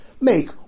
make